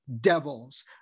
Devils